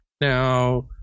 Now